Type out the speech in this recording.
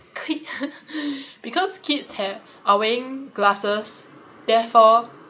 because kids ha~ are wearing glasses therefore